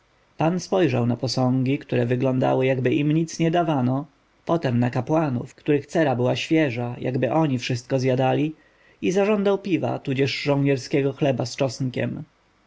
pan spojrzał na posągi które wyglądały jakby im nic nie dawano potem na kapłanów których cera była świeża jakby oni wszystko zjadali i zażądał piwa tudzież żołnierskiego chleba z czosnkiem